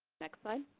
next slide.